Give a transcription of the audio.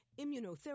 Immunotherapy